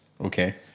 Okay